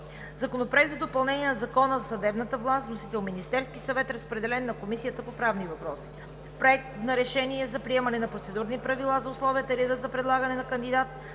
Законопроект за допълнение на Закона за съдебната власт. Вносител е Министерският съвет. Разпределен е на Комисията по правни въпроси. Проект на решение за приемане на Процедурни правила за условията и реда за предлагане на кандидат